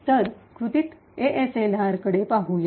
तर कृतीत एएसएलआर कडे पाहूया